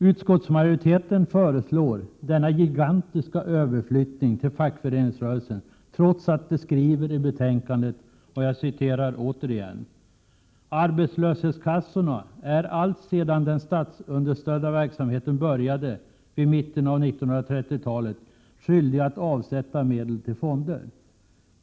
Utskottsmajoriteten föreslår denna gigantiska överflyttning till fackföreningsrörelsen, trots att den skriver i betänkandet: ”Arbetslöshetskassorna är alltsedan den statsunderstödda verksamheten började vid mitten av 1930-talet skyldiga att avsätta medel till fonder.